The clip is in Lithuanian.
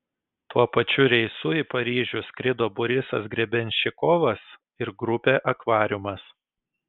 tuo pačiu reisu į paryžių skrido borisas grebenščikovas ir grupė akvariumas